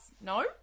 No